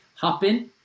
Hopin